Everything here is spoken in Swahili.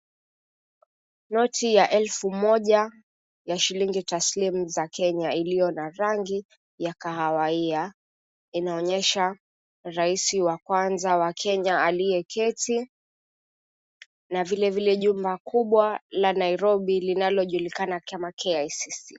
Noti ya elfu moja ya shilingi taslimu za Kenya iliyo na rangi ya kahawia, inaonyesha raisi wa kwanza wa Kenya aliyeketi na vilevile jumba kubwa la Nairobi linalojulikana kama,"KICC."